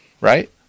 Right